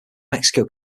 mexico